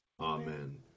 Amen